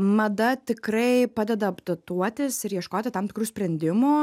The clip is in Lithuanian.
mada tikrai padeda apdatuotis ir ieškoti tam tikrų sprendimų